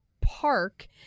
park